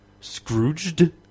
Scrooged